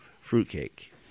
fruitcake